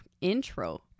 intro